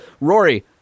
Rory